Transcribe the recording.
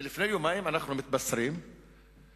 אז לפני יומיים אנחנו מתבשרים שהפרקליטות